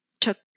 took